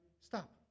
stop